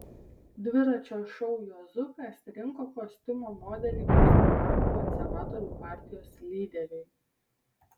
dviračio šou juozukas rinko kostiumo modelį būsimam konservatorių partijos lyderiui